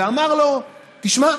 ואמר לו: תשמע,